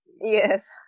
yes